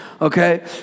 Okay